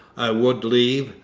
i would leave,